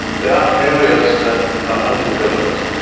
there are areas that are underdeveloped,